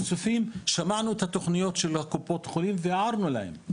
שמענו את התוכניות של קופות החולים והערנו להם,